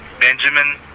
Benjamin